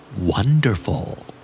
Wonderful